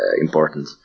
important